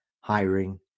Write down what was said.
hiring